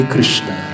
Krishna